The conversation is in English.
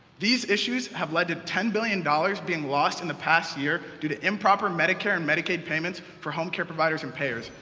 these issues have led to ten billion dollars being lost in the past year due to improper medicare and medicaid payments for home-care providers and payers.